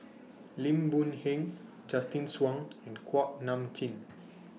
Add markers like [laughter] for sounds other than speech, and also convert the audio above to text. Lim Boon Heng Justin Zhuang and Kuak Nam Jin [noise]